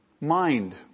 Mind